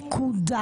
נקודה.